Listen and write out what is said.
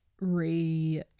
re